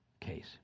case